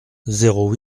zéro